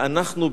ואנחנו,